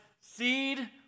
seed